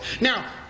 Now